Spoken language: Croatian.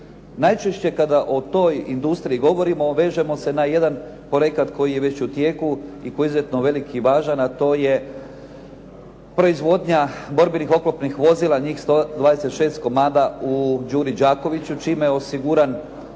Najčešće kada o toj industriji govorimo, vežemo se na jedan projekat koji je već u tijeku i koji je izuzetno velik i važan, a to je proizvodnja borbenih oklopnih vozila, njih 126 komada u Đuri Đakoviću, čime je osiguran